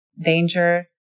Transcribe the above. danger